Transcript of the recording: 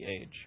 age